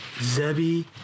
Zebby